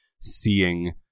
seeing